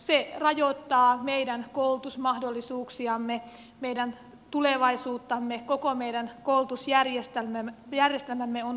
se rajoittaa meidän koulutusmahdollisuuksiamme meidän tulevaisuuttamme koko meidän koulutusjärjestelmämme on uhattuna